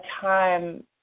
time